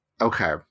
Okay